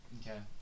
okay